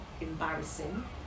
embarrassing